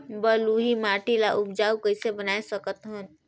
बलुही माटी ल उपजाऊ कइसे बनाय सकत हन?